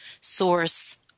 source